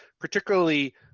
particularly